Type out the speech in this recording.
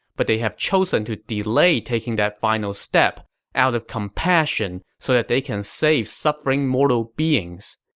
but they have chosen to delay taking that final step out of compassion so that they can save suffering mortal beings.